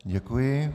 Děkuji.